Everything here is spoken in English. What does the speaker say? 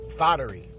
foddery